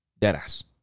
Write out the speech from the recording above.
Deadass